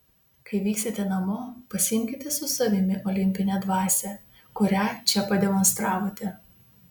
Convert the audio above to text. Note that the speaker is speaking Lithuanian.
kai vyksite namo pasiimkite su savimi olimpinę dvasią kurią čia pademonstravote